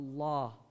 Allah